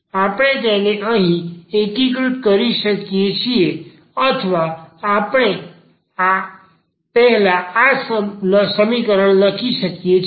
આપણે તેને અહીં એકીકૃત કરી શકીએ છીએ અથવા આપણે પહેલા આ સમીકરણ લખી શકીએ છીએ